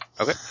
Okay